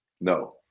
No